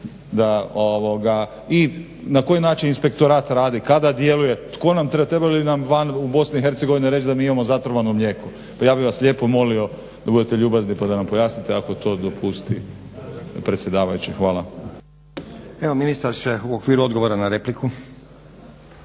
i na koji način inspektorat radi, kada djeluje, tko nama, trebaju li nam vani u Bosni i Hercegovini reći da mi imamo zatrovano mlijeko. Pa ja bi vas lijepo molio da budete ljubazni pa da nam pojasnite ako to dopusti predsjedavajući. Hvala. **Stazić, Nenad (SDP)** Evo ministar će u okviru odgovora na repliku.